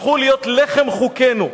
הפכו להיות לחם חוקנו.